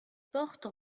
portes